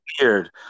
weird